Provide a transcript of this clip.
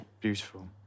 beautiful